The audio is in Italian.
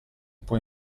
può